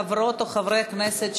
חברות או חברי הכנסת,